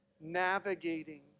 navigating